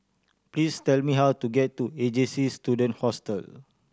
please tell me how to get to A J C Student Hostel